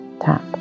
tap